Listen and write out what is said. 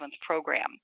program